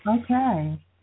Okay